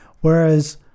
Whereas